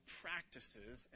practices